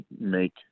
make